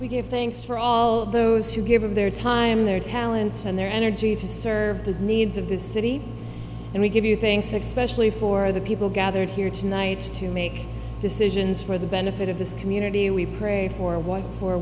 give thanks for all those who give of their time their talents and their energy to serve the needs of the city and we give you things like specially for the people gathered here tonight to make decisions for the benefit of this community we pray for